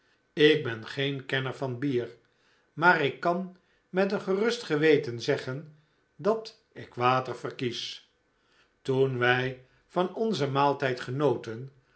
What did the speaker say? ik ben geen kenner van bier maar ik kan met een gerust geweten zeggen dat ik water verkies toen wij van onzen maaltijd genoten